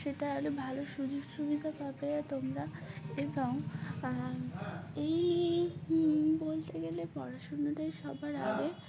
সেটা আরো ভালো সুযোগ সুবিধা পাবো তোমরা এবং এই বলতে গেলে পড়াশোনাটাই সবার আগে